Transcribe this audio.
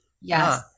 Yes